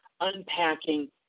unpacking